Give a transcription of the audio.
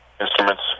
instruments